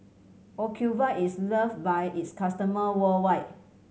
Ocuvite is loved by its customer worldwide